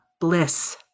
bliss